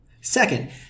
Second